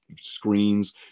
screens